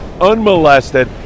unmolested